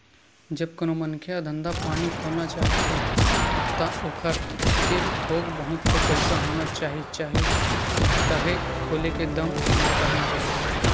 जब कोनो मनखे ह धंधा पानी खोलना चाहथे ता ओखर तीर थोक बहुत तो पइसा होना ही चाही तभे खोले के दम ल करना चाही